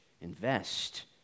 Invest